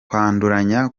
kwanduranya